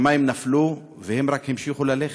השמים נפלו, והם רק המשיכו ללכת.